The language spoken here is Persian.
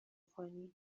کنی